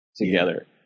together